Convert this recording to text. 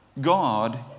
God